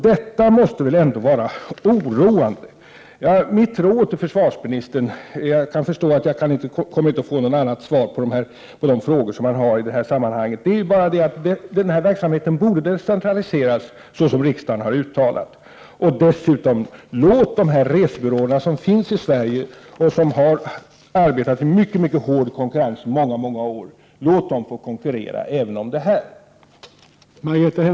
Detta är oroande. Mitt råd till försvarsministern är — jag förstår att jag inte får något annat svar på mina frågor — att se till att denna verksamhet decentraliseras så som riksdagen har uttalat. Låt dessutom de resebyråer i Sverige som har arbetat i mycket hård konkurrens i många år få konkurrera även i detta fall!